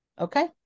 okay